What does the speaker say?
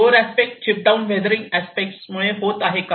floor aspect chip down weathering expect मुळे होत आहेत का